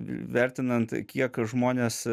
vertinant kiek žmonės